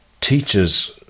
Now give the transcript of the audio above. teaches